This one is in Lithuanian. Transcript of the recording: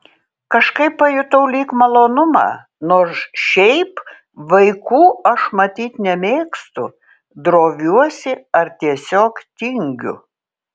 kažkaip pajutau lyg malonumą nors šiaip vaikų aš matyt nemėgstu droviuosi ar tiesiog tingiu